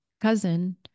cousin